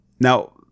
Now